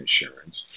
insurance